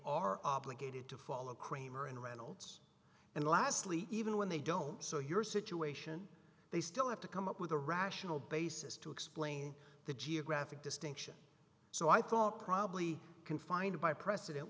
are obligated to follow cramer and reynolds and lastly even when they don't so your situation they still have to come up with a rational basis to explain the geographic distinction so i thought probably confined by precedent